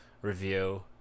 review